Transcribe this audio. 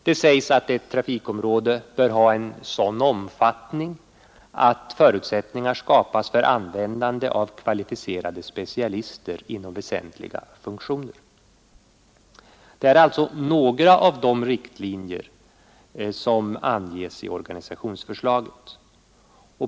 Det betonas att ett trafikområde bör ha en sådan omfattning att förutsättningar skapas för användande av kvalificerade specialister inom väsentliga funktioner. Detta är alltså några av de riktlinjer som angavs i organisationsförslaget.